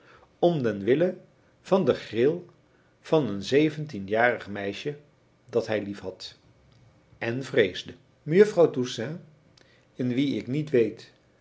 om den wille van de gril van een zeventienjarig meisje dat hij liefhad en vreesde mejuffrouw toussaint in wie ik niet weet